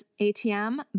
ATM